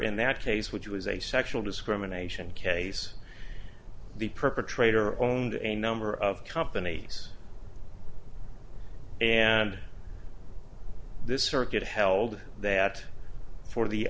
in that case which was a sexual discrimination case the perpetrator owned a number of companies and this circuit held that for the